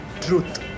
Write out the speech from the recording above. truth